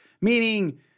meaning